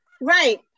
right